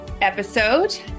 episode